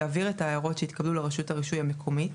יעביר את ההערות שהתקבלו לרשות הרישוי המקומית